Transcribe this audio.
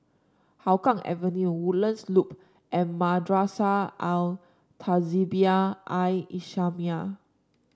Hougang Avenue Woodlands Loop and Madrasah Al Tahzibiah I islamiah